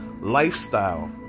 lifestyle